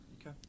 okay